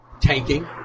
tanking